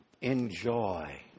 enjoy